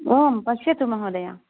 आं पश्यतु महोदय